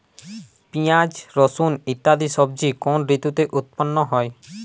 পিঁয়াজ রসুন ইত্যাদি সবজি কোন ঋতুতে উৎপন্ন হয়?